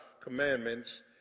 commandments